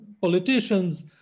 politicians